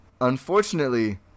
Unfortunately